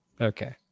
Okay